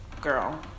girl